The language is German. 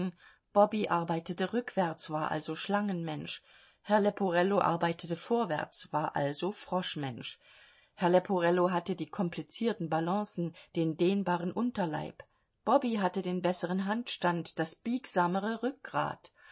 bobby arbeitete rückwärts war also schlangenmensch herr leporello arbeitete vorwärts war also froschmensch herr leporello hatte die komplizierteren balancen den drehbareren unterleib bobby hatte den besseren hand stand das biegsamere rückgrat